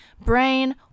brain